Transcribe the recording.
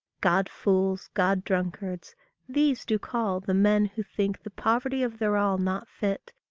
god-fools, god-drunkards these do call the men who think the poverty of their all not fit,